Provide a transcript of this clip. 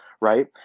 right